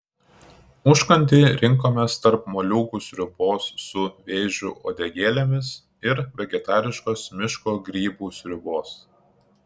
užkandį rinkomės tarp moliūgų sriubos su vėžių uodegėlėmis ir vegetariškos miško grybų sriubos